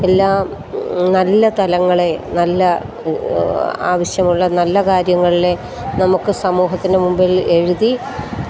എല്ലാ നല്ല തലങ്ങളെ നല്ല ആവശ്യമുള്ള നല്ല കാര്യങ്ങളെ നമുക്ക് സമൂഹത്തിന് മുമ്പിൽ എഴുതി